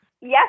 Yes